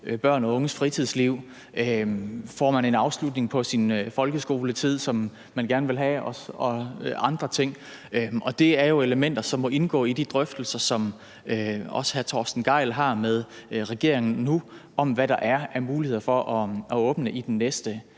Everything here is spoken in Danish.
børn og unges fritidsliv, altså om man får en afslutning på sin folkeskoletid, som man gerne vil have, og andre ting. Det er jo elementer, som må indgå i de drøftelser, som også hr. Torsten Gejl har med regeringen nu, om, hvad der er af muligheder for at åbne i den næste